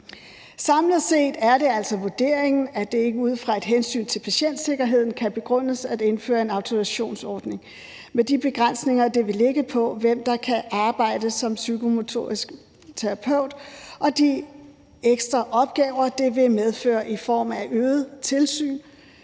Samlet set er det altså vurderingen, at det ikke ud fra et hensyn til patientsikkerheden kan begrundes at indføre en autorisationsordning med de begrænsninger, det vil lægge på, hvem der kan arbejde som psykomotorisk terapeut, og de ekstra opgaver, det vil medføre i form af øget tilsyn